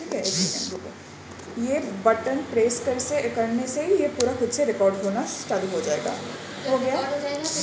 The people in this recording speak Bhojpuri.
फसल के पैदावार बढ़ावे खातिर कई प्रकार के खाद कअ उपयोग होला